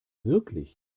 wirklich